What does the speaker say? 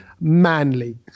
manly